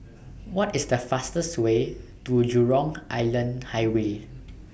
What IS The fastest Way to Jurong Island Highway